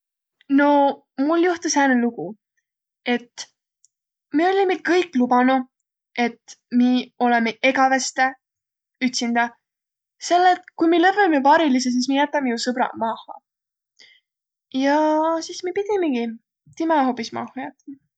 Noq mul juhtu sääne lugu, et mi ollimiq kõik lubanuq, et miiq olõmiq egäveste ütsindä, selle et kui mi lövvämiq paariliseq, sis mi jätämiq ju sõbraq maaha. Ja sis mi pidimigi timä hoobis maha jätmä.